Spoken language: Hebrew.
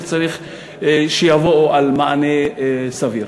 וצריך שיקבלו מענה סביר.